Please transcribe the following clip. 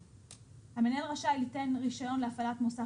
ש"המנהל רשאי ליתן רישיון להפעלת מוסך